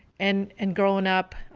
and, and growing up,